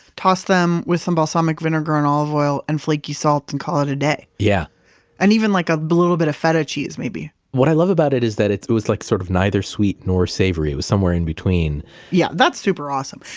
toss them with some balsamic vinegar and olive oil and flaky salt and call it a day yeah and even like a little bit of feta cheese, maybe yeah. what i love about it is that it it was like sort of neither sweet nor savory. it was somewhere in between yeah. that's super awesome.